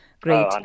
Great